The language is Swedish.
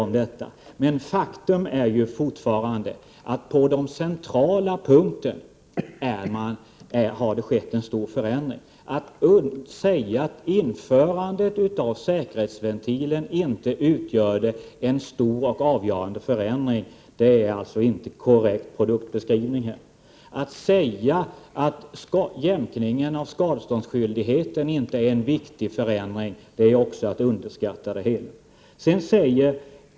Men faktum är dock fortfarande att en stor förändring har skett på den centrala punkten. Att att säga införandet av säkerhetsventilen inte utgjorde en stor och avgörande förändring är inte korrekt produktbeskrivning. Att säga att jämkningen av skadeståndsskyldigheten inte är någon viktig förändring är också att underskatta åtgärdens betydelse.